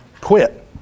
quit